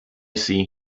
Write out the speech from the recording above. see